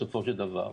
בסופו של דבר.